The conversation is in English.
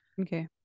Okay